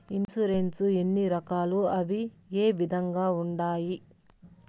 insurance ఎన్ని రకాలు అవి ఏ విధంగా ఉండాయి